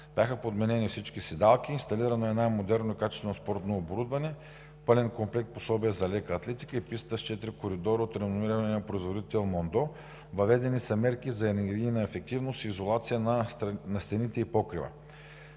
бяха подменени всички седалки, инсталирано е най-модерно и качествено спортно оборудване, пълен комплект на пособия за лека атлетика, писта с четири коридора от реномирания производител „Мондо“, въведени са мерки за енергийната ефективност и изолация на стените и покрива.